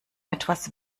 etwas